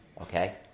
Okay